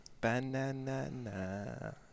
Banana